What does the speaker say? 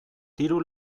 diru